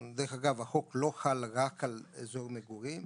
אני לא חושב שאסור לקיים אירוע גאווה,